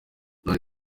none